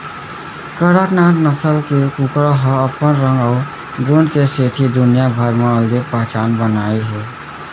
कड़कनाथ नसल के कुकरा ह अपन रंग अउ गुन के सेती दुनिया भर म अलगे पहचान बनाए हे